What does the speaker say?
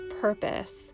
purpose